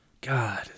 God